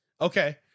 Okay